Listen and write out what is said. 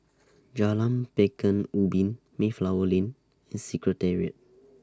Jalan Pekan Ubin Mayflower Lane and Secretariat